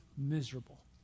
miserable